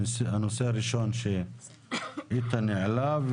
הנושא הראשון שאיתן העלה.